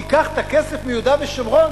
ניקח את הכסף מיהודה ושומרון,